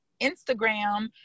Instagram